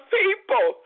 people